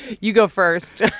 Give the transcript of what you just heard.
you go first